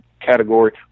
category